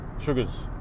sugars